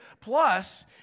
Plus